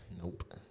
Nope